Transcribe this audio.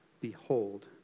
Behold